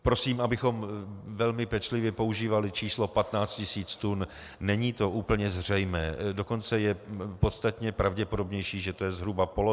Prosím, abychom velmi pečlivě používali číslo 15 tisíc tun, není to úplně zřejmé, dokonce je podstatně pravděpodobnější, že to je zhruba polovina.